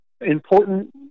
important